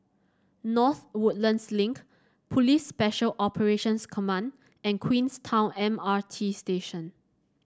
North Woodlands Link Police Special Operations Command and Queenstown M R T Station